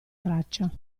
traccia